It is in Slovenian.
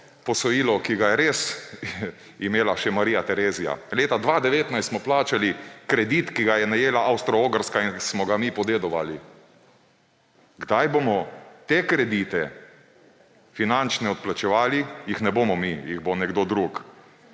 posojilo, ki ga je res imela še Marija Terezija. Leta 2019 smo plačali kredit, ki ga je najela Avstro-Ogrska in smo ga mi podedovali. Kdaj bomo te finančne kredite odplačevali?! Jih ne bomo mi, jih bo nekdo drug.